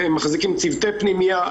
מחזיקים צוותי פנימייה,